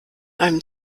einem